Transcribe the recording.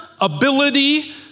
ability